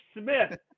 Smith